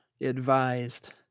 advised